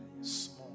small